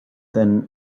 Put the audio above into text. than